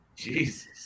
Jesus